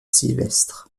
sylvestre